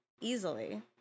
easily